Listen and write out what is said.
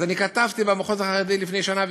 אז אני כתבתי למחוז החרדי לפני שנה,